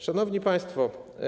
Szanowni Państwo!